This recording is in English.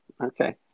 Okay